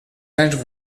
anys